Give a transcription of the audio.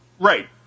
Right